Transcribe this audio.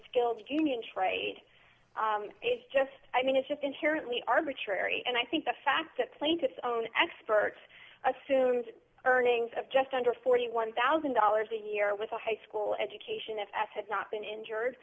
skilled union trade it's just i mean it's just inherently arbitrary and i think the fact that plaintiffs own experts assumed earnings of just under forty one thousand dollars a year with a high school education if as has not been injured